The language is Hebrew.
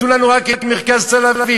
תנו לנו רק את מרכז תל-אביב,